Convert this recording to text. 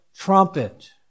Trumpet